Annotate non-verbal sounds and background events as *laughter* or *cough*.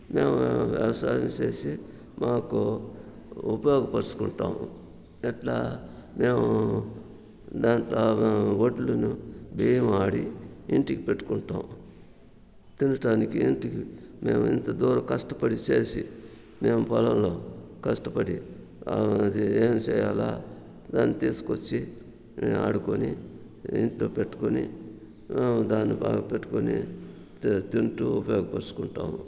మేము వ్యవసాయం చేసి మాకు ఉపయోగపరచుకుంటాము ఎట్లా మేము దాంట్లో ఒడ్లను బీము ఆడి ఇంటికి పెట్టుకుంటాము తినడానికి ఇంటికి మేము ఇంత దూరం కష్టపడి చేసి మేము పొలంలో కష్టపడి అది ఏం చేయాలా దాన్ని తీసుకొచ్చి వాడుకొని ఇంట్లో పెట్టుకుని దాని బాగా పెట్టుకుని *unintelligible* తింటూ ఉపయోగపరచుకుంటాము